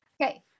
Okay